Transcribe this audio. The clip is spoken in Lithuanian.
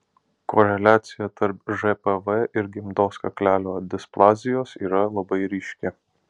koreliacija tarp žpv ir gimdos kaklelio displazijos yra labai ryški